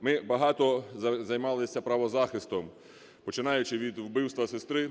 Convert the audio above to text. Ми багато займалися правозахистом, починаючи від вбивства сестри